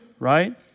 Right